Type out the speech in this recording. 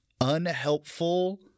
unhelpful